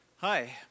Hi